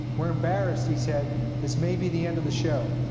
we're embarrassed, he said. this may be the end of the show.